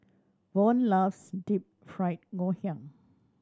Von loves Deep Fried Ngoh Hiang